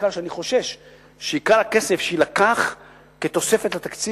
בעיקר אני חושש שעיקר הכסף שיילקח כתוספת לתקציב